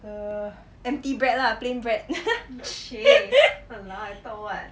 err the empty bread lah plain bread